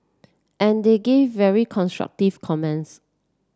and they gave very constructive comments